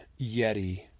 Yeti